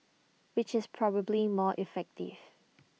which is probably more effective